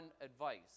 advice